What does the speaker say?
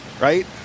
right